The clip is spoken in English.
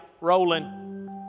rolling